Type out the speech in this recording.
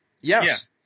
Yes